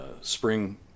spring